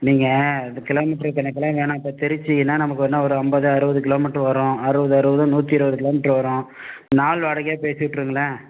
நீங்கள் இந்த கிலோமீட்டர் கணக்குலாம் வேணாம்ப்பா திருச்சிக்குன்னா நமக்கு என்ன ஒரு ஐம்பது அறுபது கிலோமீட்டர் வரும் அறுபது அறுபதும் நூற்றி இருபது கிலோமீட்டர் வரும் நாள் வாடகையாக பேசி விட்ருங்ளேன்